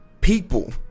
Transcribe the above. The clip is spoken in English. People